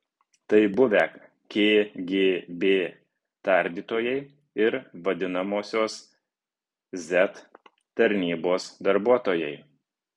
tai buvę kgb tardytojai ir vadinamosios z tarnybos darbuotojai